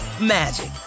magic